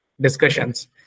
discussions